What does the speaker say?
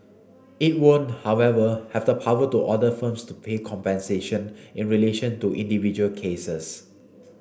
it won't however have the power to order firms to pay compensation in relation to individual cases